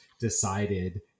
decided